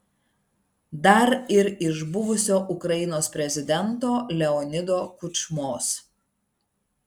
dar ir iš buvusio ukrainos prezidento leonido kučmos